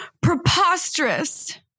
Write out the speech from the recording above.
preposterous